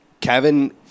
kevin